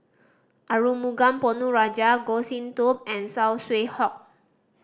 Arumugam Ponnu Rajah Goh Sin Tub and Saw Swee Hock